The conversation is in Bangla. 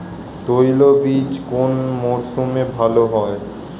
তৈলবীজ কোন মরশুমে ভাল হয়?